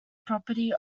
property